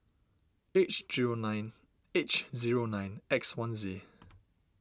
H zero nine H zero nine X one Z